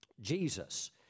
Jesus